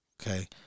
Okay